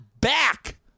back